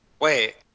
Wait